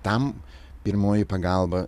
tam pirmoji pagalba